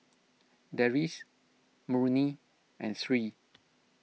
Deris Murni and Sri